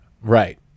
Right